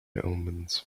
omens